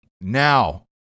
Now